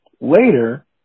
later